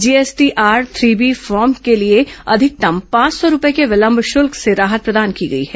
GSTR three B form के लिए अधिकतम पांच सौ रूपये के विलम्ब शुल्क से राहत प्रदान की गई है